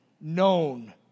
known